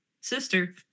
sister